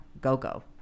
go-go